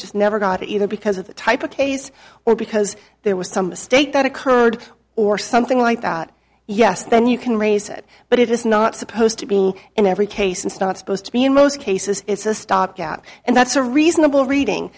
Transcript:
just never got it either because of the type of case or because there was some mistake that occurred or something like that yes then you can raise it but it is not supposed to be in every case it's not supposed to be in most cases it's a stopgap and that's a reasonable reading